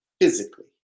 physically